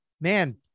man